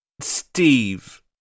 steve